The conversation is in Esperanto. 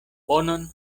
bonon